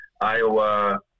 Iowa –